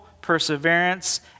perseverance